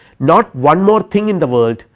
not one more thing in the world,